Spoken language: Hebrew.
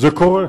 זה קורה.